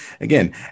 again